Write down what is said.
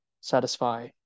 satisfy